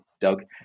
Doug